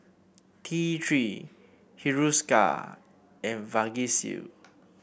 T Three Hiruscar and Vagisil